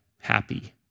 happy